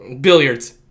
Billiards